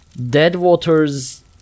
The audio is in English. Deadwater's